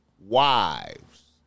wives